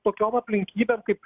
tokiom aplinkybėm kaip